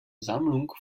sammlung